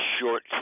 short